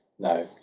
no,